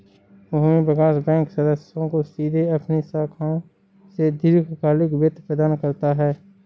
भूमि विकास बैंक सदस्यों को सीधे अपनी शाखाओं से दीर्घकालिक वित्त प्रदान करता है